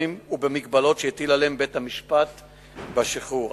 ובמגבלות שהטיל עליהם בית-המשפט בשחרור.